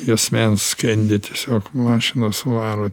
juosmens skendi tiesiog mašinas varo